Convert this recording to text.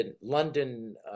London